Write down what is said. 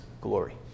glory